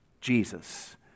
Jesus